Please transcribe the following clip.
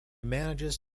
manages